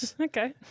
Okay